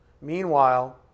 Meanwhile